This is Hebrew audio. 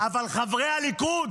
אותו הדבר כל חברי הליכוד,